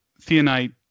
Theonite